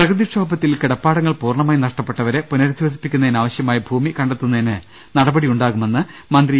പ്രകൃതിക്ഷോഭത്തിൽ കിടപ്പാടങ്ങൾ പൂർണ്ണമായി നഷ്ടപ്പെ ട്ടവരെ പുനരധിവസിപ്പിക്കുന്നതിനാവശ്യമായ ഭൂമി കണ്ടെത്തു ന്നതിന് നടപടിയുണ്ടാകുമെന്ന് മന്ത്രി ഇ